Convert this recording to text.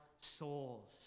souls